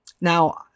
Now